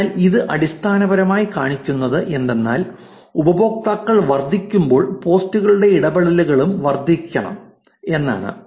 അതിനാൽ ഇത് അടിസ്ഥാനപരമായി കാണിക്കുന്നത് എന്തെന്നാൽ ഉപയോക്താക്കൾ വർദ്ധിക്കുമ്പോൾ പോസ്റ്റുകളും ഇടപെടലുകളും വർദ്ധിക്കണം എന്നാണ്